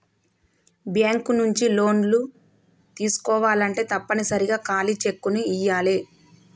bank నుంచి లోన్లు తీసుకోవాలంటే తప్పనిసరిగా ఖాళీ చెక్కుని ఇయ్యాలే